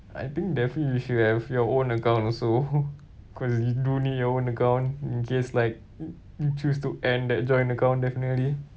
I think definitely you should have your own account also because you do need your own account in case like you choose to end that joint account definitely